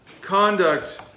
conduct